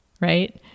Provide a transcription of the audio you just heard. right